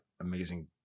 amazing